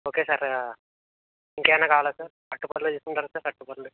okay sir ఇంకా ఏమన్న కావాలా సార్ అరటి పళ్ళు తీసుకుంటారా సార్ అరటి పళ్ళు